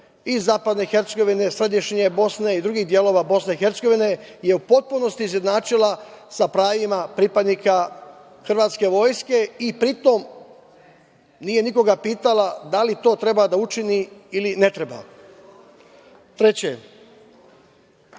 iz zapadne Hercegovine, središnje Bosne i drugih delova BiH i u potpunosti izjednačila sa pravima pripadnika hrvatske vojske i pri tom nije nikoga pitala da li to treba da učini ili ne treba. Treće,